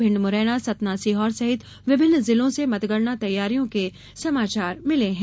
भिंड मुरैना सतना सीहोर सहित विभिन्न जिलों से मतगणना तैयारियों की समाचार मिले हैं